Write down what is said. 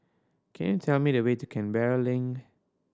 can you tell me the way to Canberra Link